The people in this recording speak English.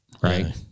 right